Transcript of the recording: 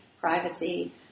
privacy